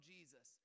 Jesus